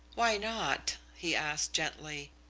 why not? he asked gently.